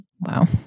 Wow